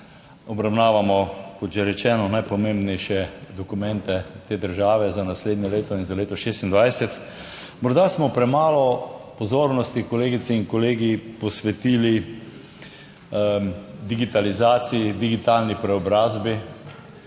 Obravnavamo, kot že rečeno, najpomembnejše dokumente te države za naslednje leto in za leto 2026. Morda smo premalo pozornosti, kolegice in kolegi, posvetili digitalizaciji, digitalni preobrazbi,